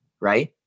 Right